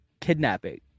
kidnapping